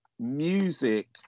music